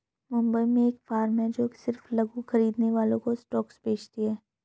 मुंबई में एक फार्म है जो सिर्फ लघु खरीदने वालों को स्टॉक्स बेचती है